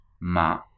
Ma